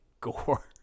gore